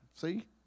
See